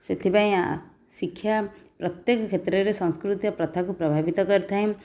ସେଥିପାଇଁ ଆ ଶିକ୍ଷା ପ୍ରତ୍ୟେକ କ୍ଷେତ୍ରରେ ସଂସ୍କୃତି ଓ ପ୍ରଥାକୁ ପ୍ରଭାବିତ କରିଥାଏ